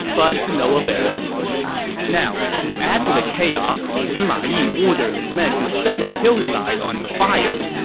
but to no avail now, to add to the chaos, sima yi ordered his men to set the hillside on fire.